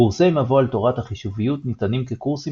קורסי מבוא על תורת החישוביות ניתנים כקורסים